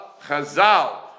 Chazal